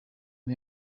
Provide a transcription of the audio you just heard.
and